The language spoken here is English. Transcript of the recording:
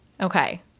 okay